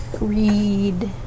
read